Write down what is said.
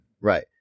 Right